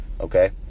okay